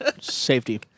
Safety